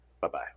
bye-bye